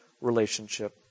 relationship